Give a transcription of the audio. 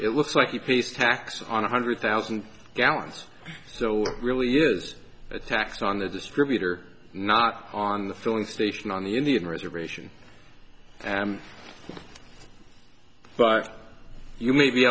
it looks like he pays taxes on one hundred thousand gallons so really is a tax on the distributor not on the filling station on the indian reservation but you may be